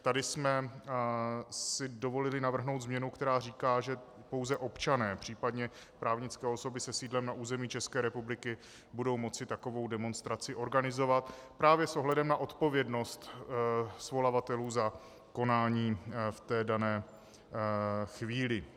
Tady jsme si dovolili navrhnout změnu, která říká, že pouze občané, případně právnické osoby se sídlem na území České republiky budou moci takovou demonstraci organizovat, právě s ohledem na odpovědnost svolavatelů za konání v té dané chvíli.